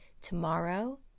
Tomorrow